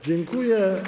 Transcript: Dziękuję.